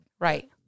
right